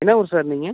என்ன ஊர் சார் நீங்கள்